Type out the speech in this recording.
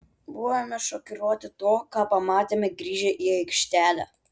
buvome šokiruoti to ką pamatėme grįžę į aikštelę